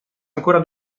ancora